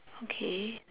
okay